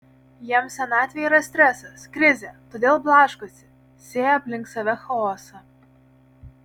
jiems senatvė yra stresas krizė todėl blaškosi sėja aplink save chaosą